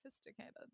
sophisticated